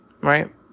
Right